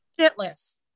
shitless